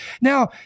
now